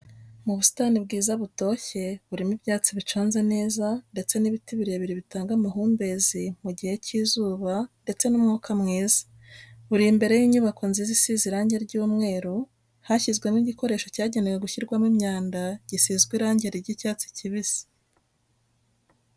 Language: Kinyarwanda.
Mu busitani bwiza butoshye burimo ibyatsi biconze neza ndetse n'ibiti birebire bitanga amahumbezi mu gihe cy'izuba ndetse n'umwuka mwiza buri imbere y'inyubako nziza isize irangi ry'umweru hashyizwemo igikoresho cyagenewe gushyirwamo imyanda gisizwe irangi ry'icyatsi kibisi.